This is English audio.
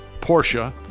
Porsche